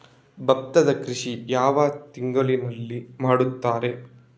ಭತ್ತದ ಕೃಷಿ ಯಾವ ಯಾವ ತಿಂಗಳಿನಲ್ಲಿ ಮಾಡುತ್ತಾರೆ?